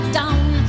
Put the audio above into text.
down